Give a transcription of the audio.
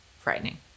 frightening